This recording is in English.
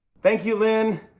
thank you, lin.